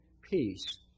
peace